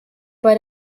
bei